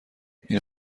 این